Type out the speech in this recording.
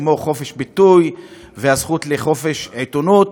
כמו חופש ביטוי והזכות לחופש עיתונות.